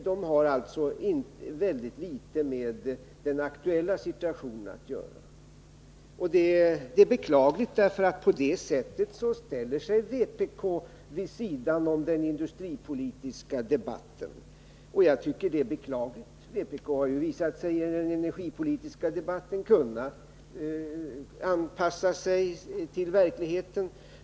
De har alltså väldigt litet med den aktuella situationen att göra. På det sättet ställer sig vpk vid sidan om den industripolitiska debatten. Jag tycker det är beklagligt. Vpk har i den energipolitiska debatten visat sig kunna anpassa sig till verkligheten.